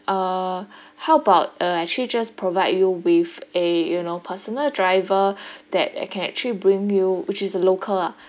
uh how about uh actually just provide you with a you know personal driver that uh can actually bring you which is a local ah